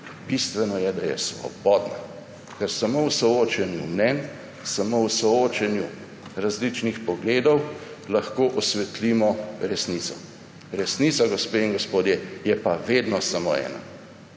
bistveno je, da je svobodna. Ker samo v soočenju mnenj, samo v soočenju različnih pogledov lahko osvetlimo resnico. Resnica, gospe in gospodje, je pa vedno samo ena.